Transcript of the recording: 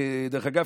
דרך אגב,